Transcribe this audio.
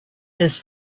his